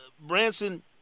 Branson